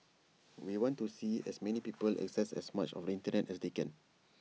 we want to see as many people access as much of the Internet as they can